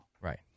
Right